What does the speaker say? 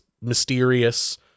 mysterious